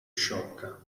sciocca